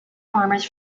farmers